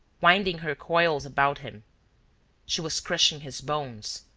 winding her coils about him she was crushing his bones,